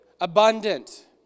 Abundant